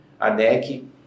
ANEC